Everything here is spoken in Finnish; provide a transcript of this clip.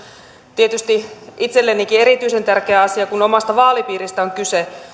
tietysti itsellenikin erityisen tärkeä asia kun omasta vaalipiiristä on kyse